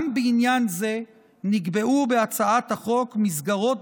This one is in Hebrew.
גם בעניין זה נקבעו בהצעת החוק מסגרות